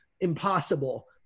impossible